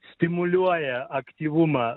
stimuliuoja aktyvumą